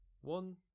one